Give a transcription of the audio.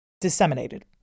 disseminated